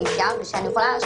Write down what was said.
תמיד כשאנחנו מגיעים